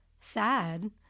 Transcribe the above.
sad